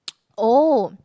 oh